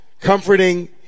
Comforting